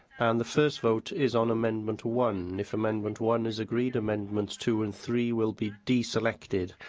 and the first vote is on amendment one. if amendment one is agreed, amendments two and three will be deselected.